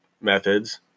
methods